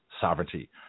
sovereignty